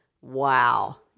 wow